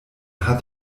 hat